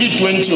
G20